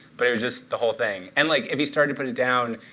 but it was just the whole thing. and like if he started to put it down,